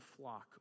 flock